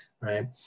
Right